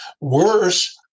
Worse